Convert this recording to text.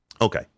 Okay